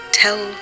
tell